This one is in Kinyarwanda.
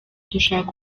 dushaka